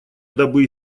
дабы